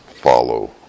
follow